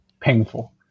painful